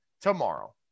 tomorrow